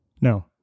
No